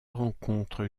rencontre